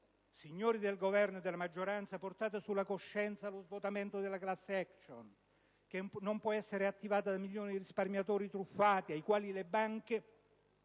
signori del Governo e della maggioranza, portate sulla coscienza lo svuotamento della *class action*, che non può essere attivata da milioni di risparmiatori truffati ai quali le banche